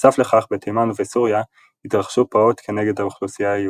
בנוסף לכך בתימן ובסוריה התרחשו פרעות כנגד האוכלוסייה היהודית.